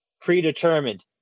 predetermined